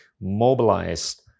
mobilized